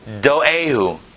Doehu